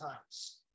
times